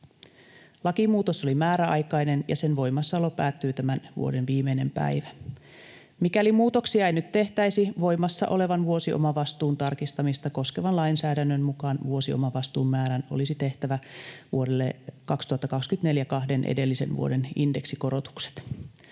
Lakimuutos oli määräaikainen, ja sen voimassaolo päättyy tämän vuoden viimeisenä päivänä. Mikäli muutoksia ei nyt tehtäisi, voimassa olevan vuosiomavastuun tarkistamista koskevan lainsäädännön mukaan vuosiomavastuun määrään olisi tehtävä vuodelle 2024 kahden edellisen vuoden indeksikorotukset.